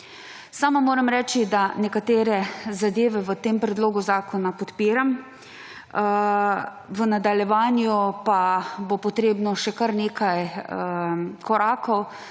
Sama moram reči, da nekatere zadeve v tem predlogu zakona podpiram. V nadaljevanju pa bo potrebnih še kar nekaj korakov,